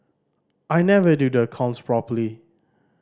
I never do the accounts properly